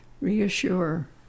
reassure